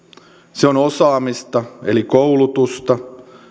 se on osaamista eli koulutusta